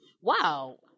Wow